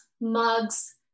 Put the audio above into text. mugs